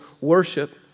worship